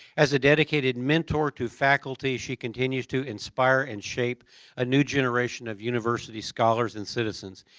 as a dedicated mentor to faculty, she continues to inspire and shape a new generation of university scholars and citizens.